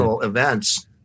events